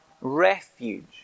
refuge